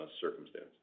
circumstance